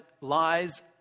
lies